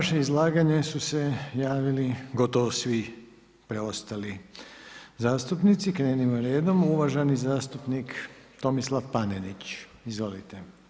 Na vaše izlaganje su se javili gotovo svi preostali zastupnici, krenimo redom, uvaženi zastupnik Tomislav Panenić, izvolite.